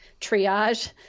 triage